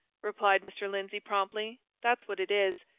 replied mr. lindsey, promptly. that's what it is.